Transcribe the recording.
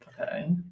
Okay